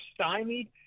stymied